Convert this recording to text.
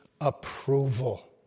approval